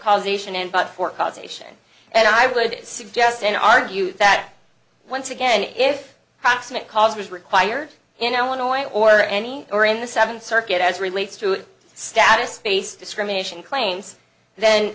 cause ation and but for causation and i would suggest an argue that once again if proximate cause was required in illinois or any or in the seventh circuit as relates to status based discrimination claims then